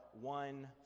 one